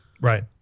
Right